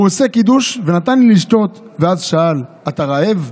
הוא עשה קידוש ונתן לי לשתות, ואז שאל: אתה רעב?